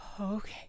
Okay